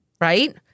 Right